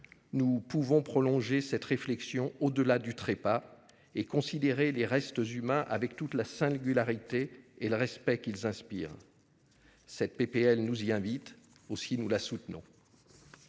nous pouvons prolonger notre réflexion au-delà du trépas et considérer les restes humains avec toute la singularité et le respect qu'ils inspirent. Cette proposition de loi nous y invite